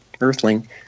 earthling